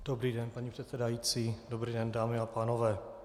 Dobrý den, paní předsedající, dobrý den, dámy a pánové.